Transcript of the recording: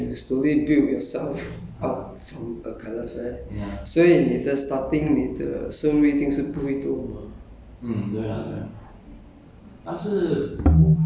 yeah 如果 imagine you are a calefare and then you slowly build yourself up from the calefare 所以你的 starting pay 你的收入一定是不会多